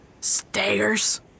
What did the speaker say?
stairs